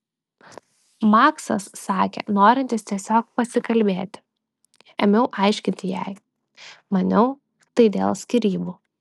maksas sakė norintis tiesiog pasikalbėti ėmiau aiškinti jai maniau tai dėl skyrybų